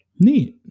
Neat